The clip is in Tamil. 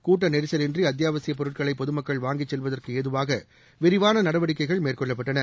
கூட்டநெரிசல் இன்றிஅத்தியாவசியப் பொருட்களைபொதுமக்கள் வாங்கிசெல்வதற்குஏதுவாகவிரிவானநடவடிக்கைகள் மேற்கொள்ளப்பட்டன